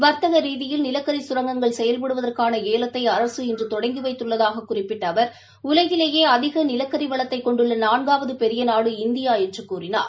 வர்த்தகரீ தியில் நிலக்கரிசுரங்கங்கள் செயல்படுவதற்கானஏலத்தைஅரசு இன்றுதொடங்கிவைத்துள்ளதாககுறிப்பிட்டஅவர் உலகிலேயே அதிகநிலக்கரிவளத்தைக் கொண்டுள்ளநான்காவதுபெரியநாடு இந்தியாஎன்றுகூறினார்